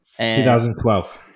2012